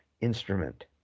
instrument